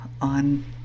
on